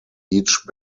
each